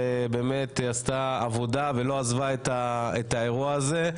שבאמת עשתה עבודה ולא עזבה את האירוע הזה,